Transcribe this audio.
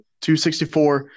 264